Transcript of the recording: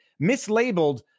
mislabeled